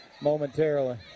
momentarily